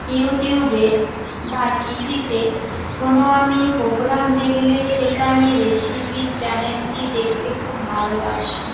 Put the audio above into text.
ইউটিউবে বা টিভিতে কোনও আমি প্রোগ্রাম দেখলে সেটা আমি রেসিপির চ্যানেলটি দেখতে খুব ভালোবাসি